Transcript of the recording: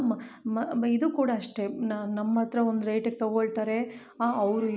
ಮ ಮ ಇದು ಕೂಡ ಅಷ್ಟೇ ನಮ್ಮಹತ್ರ ಒಂದು ರೇಟಿಗೆ ತಗೋಳ್ತಾರೆ ಅವರು